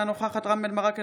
אינה נוכחת רם בן ברק,